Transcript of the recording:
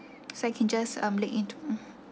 so I can just um let it to